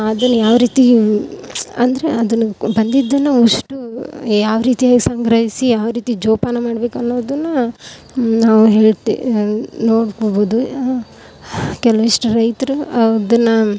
ಅದನ್ನು ಯಾವ ರೀತಿ ಅಂದರೆ ಅದನ್ನು ಬಂದಿದ್ದನ್ನು ಅಷ್ಟು ಯಾವ ರೀತಿಯಾಗಿ ಸಂಗ್ರಹಿಸಿ ಯಾವ ರೀತಿ ಜೋಪಾನ ಮಾಡ್ಬೇಕನ್ನೋದನ್ನು ನಾವು ಹೇಳ್ತೆ ನೋಡ್ಕೊಬೋದು ಕೆಲವಷ್ಟು ರೈತರು ಅದನ್ನು